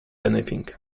anything